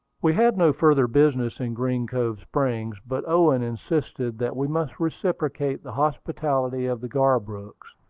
we had no further business in green cove springs but owen insisted that we must reciprocate the hospitality of the garbrooks,